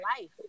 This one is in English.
life